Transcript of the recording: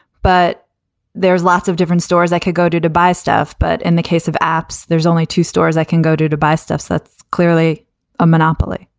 but there's lots of different stores i could go to to buy stuff. but in the case of apps, there's only two stores i can go to to buy stuff. so that's clearly a monopoly